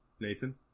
Nathan